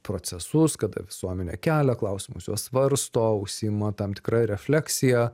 procesus kada visuomenė kelia klausimus juos svarsto užsiima tam tikra refleksija